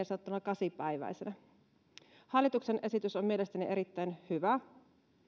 sanottuna kasipäiväisenä hallituksen esitys on mielestäni erittäin hyvä